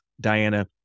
Diana